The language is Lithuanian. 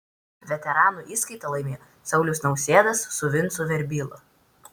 veteranų įskaitą laimėjo saulius nausėdas su vincu verbyla